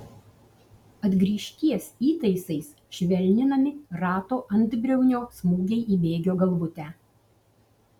atgrįžties įtaisais švelninami rato antbriaunio smūgiai į bėgio galvutę